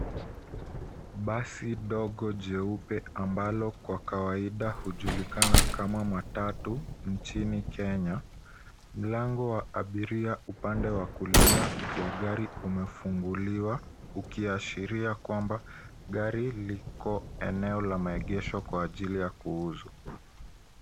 Basi dogo jeupe ambalo kwa kawaida hujulikana kama matatu nchini Kenya. Mlango wa abiria upande wa kulia wa gari umefunguliwa, ukiashiria kwamba gari liko eneo la maegesho kwa ajili ya kuuzwa.